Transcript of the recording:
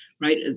right